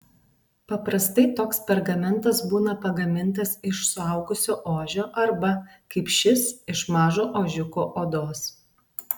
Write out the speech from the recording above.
paprastai toks pergamentas būna pagamintas iš suaugusio ožio arba kaip šis iš mažo ožiuko odos